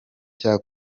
cya